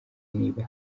niba